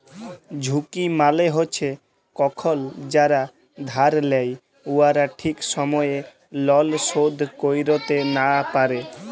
ঝুঁকি মালে হছে কখল যারা ধার লেই উয়ারা ঠিক সময়ে লল শোধ ক্যইরতে লা পারে